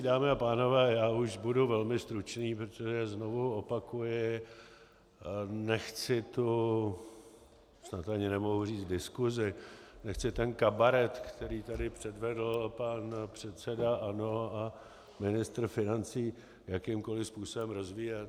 Dámy a pánové, už budu velmi stručný, protože, znovu opakuji, nechci tu snad ani nemohu říct diskusi, nechci ten kabaret, který tady předvedl pan předseda ANO a ministr financí, jakýmkoliv způsobem rozvíjet.